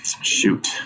shoot